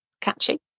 Catchy